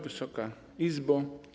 Wysoka Izbo!